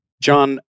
John